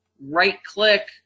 right-click